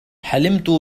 حلمت